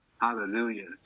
Hallelujah